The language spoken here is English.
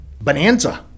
bonanza